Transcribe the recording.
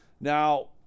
Now